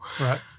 right